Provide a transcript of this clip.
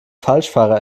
falschfahrer